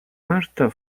marta